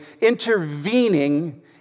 intervening